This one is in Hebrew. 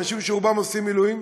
אנשים שרובם עושים מילואים?